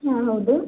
ಹಾಂ ಹೌದು